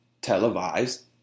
televised